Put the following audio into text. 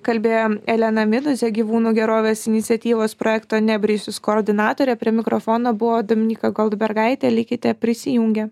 kalbėjo elena minuzė gyvūnų gerovės iniciatyvos projekto ne brisius koordinatorė prie mikrofono buvo dominyka goldbergaitė likite prisijungę